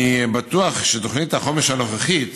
אני בטוח שתוכנית החומש הנוכחית,